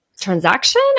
transaction